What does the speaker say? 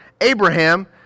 Abraham